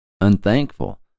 unthankful